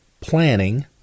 planning